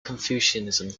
confucianism